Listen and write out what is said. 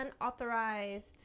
unauthorized